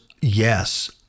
Yes